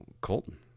Colton